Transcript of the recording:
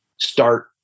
start